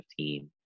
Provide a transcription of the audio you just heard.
2015